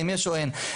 האם יש או אין,